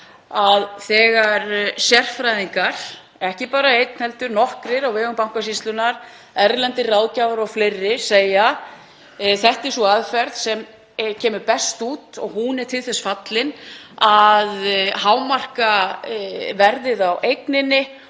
að þegar sérfræðingar, ekki bara einn heldur nokkrir, á vegum Bankasýslunnar, erlendir ráðgjafar og fleiri, segja að þetta sé sú aðferð sem kemur best út og hún sé til þess fallin að hámarka verðið á eigninni